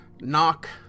Knock